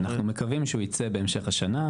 אנחנו מקווים שהוא ייצא בהמשך השנה,